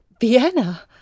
Vienna